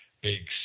big